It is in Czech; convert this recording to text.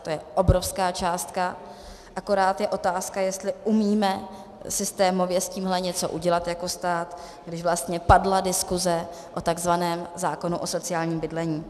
To je obrovská částka, akorát otázka, jestli umíme systémově s tímhle něco udělat jako stát, když vlastně padla diskuze o tzv. zákonu o sociálním bydlení.